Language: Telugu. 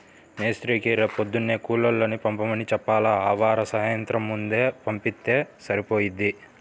మేస్త్రీకి రేపొద్దున్నే కూలోళ్ళని పంపమని చెప్పాల, ఆవార సాయంత్రం ముందే పంపిత్తే సరిపోయిద్ది